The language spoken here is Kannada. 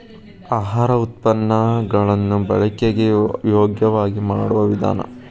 ಆಹಾರ ಉತ್ಪನ್ನ ಗಳನ್ನು ಬಳಕೆಗೆ ಯೋಗ್ಯವಾಗಿ ಮಾಡುವ ವಿಧಾನ